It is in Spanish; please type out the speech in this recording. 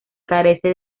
carece